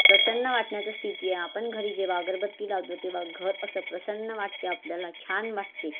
प्रसन्न वाटण्याची स्थिती आहे आपण घरी जेव्हा अगरबत्ती लावतो तेव्हा घर असं प्रसन्न वाटते आपल्याला छान वाटते